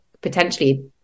potentially